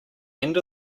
end